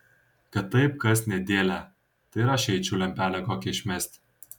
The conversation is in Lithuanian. kad taip kas nedėlią tai ir aš eičiau lempelę kokią išmesti